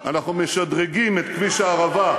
אנחנו משדרגים את כביש הערבה,